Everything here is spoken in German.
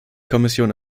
kommission